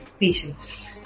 patience